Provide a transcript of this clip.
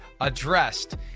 addressed